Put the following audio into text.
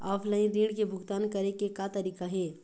Offline ऋण के भुगतान करे के का तरीका हे?